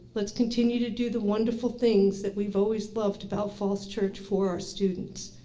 let's continue to do the wonderful things that we've always loved about falls church for our students.